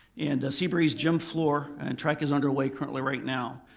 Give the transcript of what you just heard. and seabreeze gym floor and track is underway currently right now.